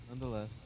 nonetheless